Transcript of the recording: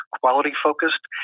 quality-focused